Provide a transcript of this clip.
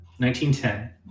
1910